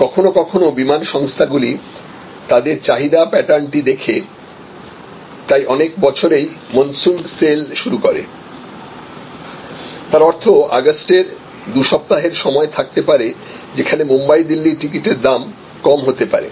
কখনও কখনও বিমান সংস্থাগুলি তাদের চাহিদা প্যাটার্নটি দেখে তাই অনেক বছরেই মন্সুন সেল শুরু করে তার অর্থ আগস্টে দুসপ্তাহের সময় থাকতে পারে যেখানে বোম্বাই দিল্লির টিকিটের দাম কম হতে পারে